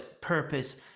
purpose